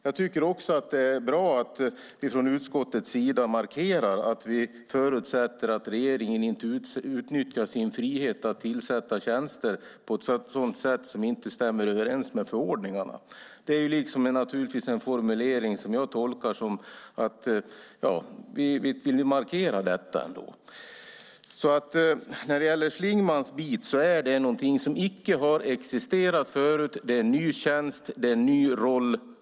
Jag tycker också att det är bra att vi från utskottets sida markerar att vi förutsätter att regeringen inte utnyttjar sin frihet att tillsätta tjänster på ett sätt som inte stämmer överens med förordningarna. Det är naturligtvis en formulering jag tolkar som att vi ändå vill markera detta. När det gäller Schlingmann är hans tjänst någonting som inte har existerat förut. Den är ny, och det är en ny roll.